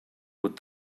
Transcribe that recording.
would